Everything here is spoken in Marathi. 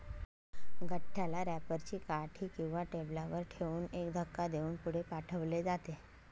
गठ्ठ्याला रॅपर ची काठी किंवा टेबलावर ठेवून एक धक्का देऊन पुढे पाठवले जाते